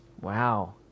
wow